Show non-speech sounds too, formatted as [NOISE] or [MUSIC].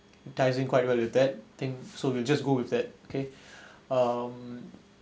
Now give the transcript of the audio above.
ties in quite well with that thing so we'll just go with that okay [BREATH] um